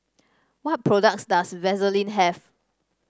what products does Vaselin have